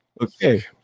Okay